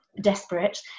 desperate